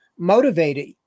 motivated